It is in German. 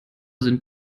sind